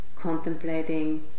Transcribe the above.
contemplating